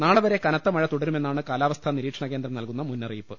നാളെ വരെ കനത്ത മഴ തുടരുമെന്നാണ് കാലാവസ്ഥാനിരീ ക്ഷണകേന്ദ്രം നൽകുന്ന മുന്നറിയിപ്പ്